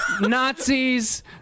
Nazis